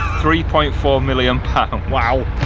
three point four million pounds. wow!